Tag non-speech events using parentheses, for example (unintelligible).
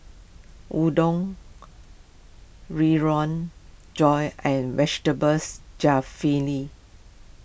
Udon (unintelligible) Josh and Vegetables Jalfrezi